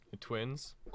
twins